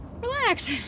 relax